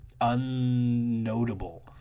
unnotable